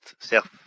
self